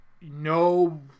no